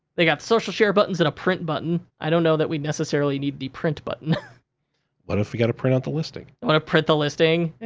they got social share buttons and a print button. i don't know that we necessarily need the print button. what if we gotta print out the listing? wanna print the listing?